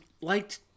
liked